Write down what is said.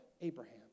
Abraham